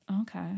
Okay